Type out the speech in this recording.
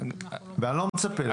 ואני לא מצפה לתגובה.